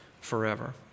forever